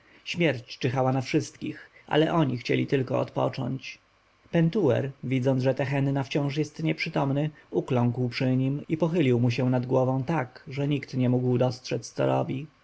śmierć czyhała na wszystkich ale oni chcieli tylko odpocząć pentuer widząc że tehenna wciąż jest nieprzytomny ukląkł przy nim i pochylił mu się nad głową tak że nikt nie mógł dostrzec co robi